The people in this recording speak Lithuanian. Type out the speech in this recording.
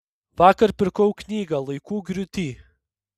vakar pirkau knygą laikų griūty